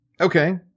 Okay